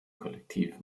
kollektiv